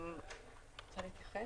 את רוצה להתייחס, קרן?